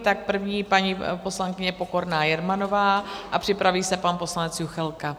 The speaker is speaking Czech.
Tak první paní poslankyně Pokorná Jermanová a připraví se pan poslanec Juchelka.